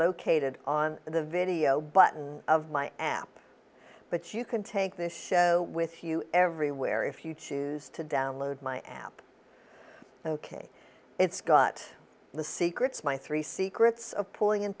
located on the video button of my app but you can take this with you everywhere if you choose to download my app ok it's got the secrets my three secrets of pulling